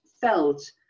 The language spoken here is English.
felt